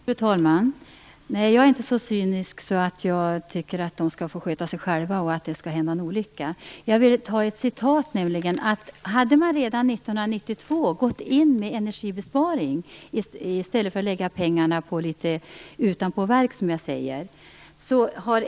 Fru talman! Nej, jag är inte så cynisk att jag tycker att dessa människor skall sköta sig själva om det händer en olycka. Jag vill med några rader ur en skrift återge vad som hade hänt om man redan 1992 hade gått in med energibesparing i stället för att lägga pengarna på utanpåverk, så att säga.